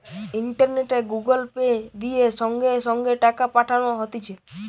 ইন্টারনেটে Google pay, দিয়ে সঙ্গে সঙ্গে টাকা পাঠানো হতিছে